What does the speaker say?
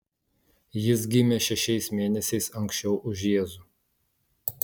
jis gimė šešiais mėnesiais anksčiau už jėzų